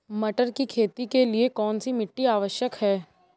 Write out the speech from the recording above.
मटर की खेती के लिए कौन सी मिट्टी आवश्यक है?